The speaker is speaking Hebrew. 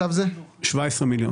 בשנה.